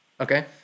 Okay